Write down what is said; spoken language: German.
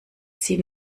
sie